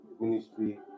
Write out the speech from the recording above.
ministry